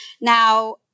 Now